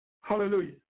hallelujah